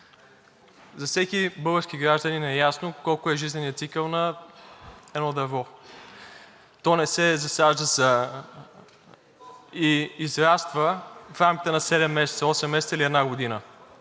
За всеки български гражданин е ясно колко е жизненият цикъл на едно дърво. То не се засажда и израства в рамките на 7 – 8 месеца или една година.